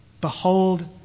Behold